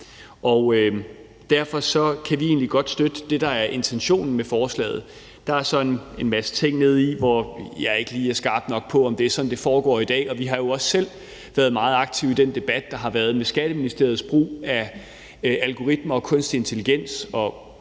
Derfor kan vi egentlig godt støtte det, der er intentionen med forslaget. Der står så en masse ting nede i det, hvor jeg ikke lige er skarp nok på, om det er sådan, det foregår i dag. Vi har jo også selv været meget aktive i den debat, der har været om Skatteministeriets brug af algoritmer og kunstig intelligens,